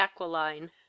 aquiline